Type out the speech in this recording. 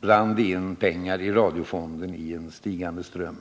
rann det in pengar i radiofonden i en stigande ström.